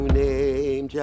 name